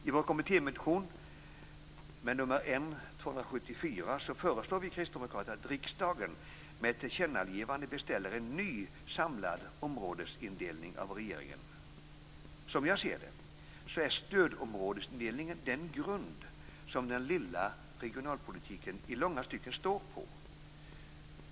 I vår kommittémotion N274 föreslår vi kristdemokrater att riksdagen med ett tillkännagivande skall beställa en ny samlad områdesindelning av regeringen. Som jag ser det är stödområdesindelningen den grund som den lilla regionalpolitiken i långa stycken står på.